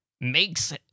makes